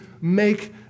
make